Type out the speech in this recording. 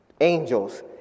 Angels